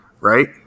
Right